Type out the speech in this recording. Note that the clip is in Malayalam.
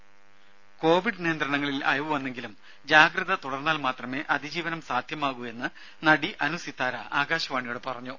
ദേദ കോവിഡ് നിയന്ത്രണങ്ങളിൽ അയവു വന്നെങ്കിലും ജാഗ്രത തുടർന്നാൽ മാത്രമേ അതിജീവനം സാധ്യമാകൂ എന്ന് നടി അനുസിതാര ആകാശവാണിയോട് പറഞ്ഞു